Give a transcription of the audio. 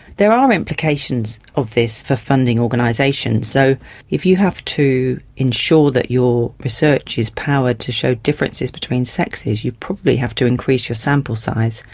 there are implications of this for funding organisations. so if you have to ensure that your research is powered to show differences between sexes, you'd probably have to increase your sample size,